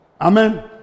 Amen